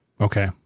Okay